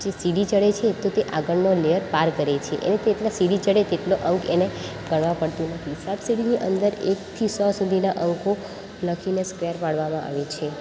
જે સીડી ચડે છે તો તે આગળનો લેયર પાર કરે છે અને તેટલા સીડી ચડે તેટલો અંક એને કરવા પડતું નથી સાપ સીડીની અંદર એકથી સો સુધીના અંકો લખીને સ્કવેર પાડવામાં આવે છે